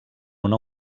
una